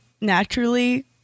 naturally